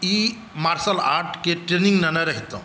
ई martial आर्टके training लेने रहितौं